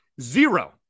Zero